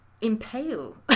impale